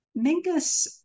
Mingus